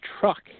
truck